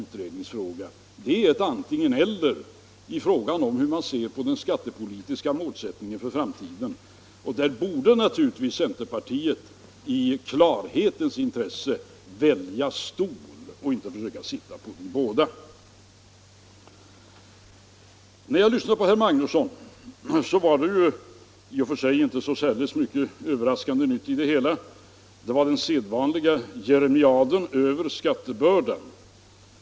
Här är det ett antingen -— eller i synsättet på den skattepolitiska målsättningen för framtiden. Och där borde centerpartiet naturligtvis i klarhetens intresse välja stol och inte försöka sitta på två stolar. När jag sedan lyssnade på herr Magnusson i Borås konstaterade jag att vad han sade i och för sig inte innehöll så mycket överraskande nytt. Det var de vanliga jeremiaderna över skattebördan.